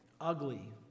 ugly